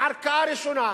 ערכאה ראשונה.